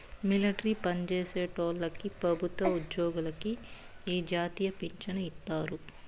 military పన్జేసేటోల్లకి పెబుత్వ ఉజ్జోగులకి ఈ జాతీయ పించను ఇత్తారు